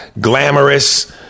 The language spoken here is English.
glamorous